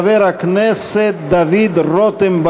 חבר הכנסת דוד רותם.